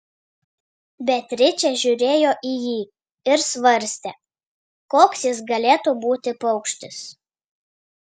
beatričė žiūrėjo į jį ir svarstė koks jis galėtų būti paukštis